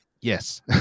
yes